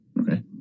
Okay